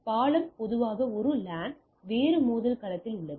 எனவே பாலம் பொதுவாக ஒரு லேன் வேறு மோதல் களத்தில் உள்ளது